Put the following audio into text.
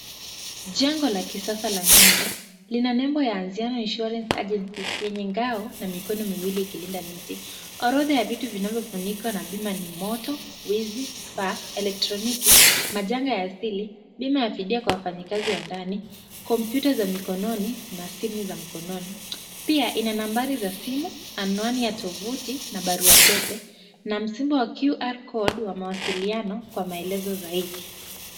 Jengo la kisasa la nyumba lina nembo ya Anziano Insurance Agency yenye ngao na mikono miwili ikilinda miti. Orodha ya vitu vinavyofunikwa na bima ni moto, wizi, vifaa, elektroniki, majanga ya asili, bima ya fidia kwa wafanyikazi wa ndani, kompyuta za mikononi na simu za mikononi. Pia ina nambari za simu, anwani ya tovuti na barua pepe na msimba wa Qr code wa mawasiliano kwa maelezo zaidi.